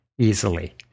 easily